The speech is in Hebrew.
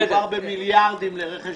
מדובר במיליארדי שקלים לרכש גומלין.